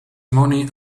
money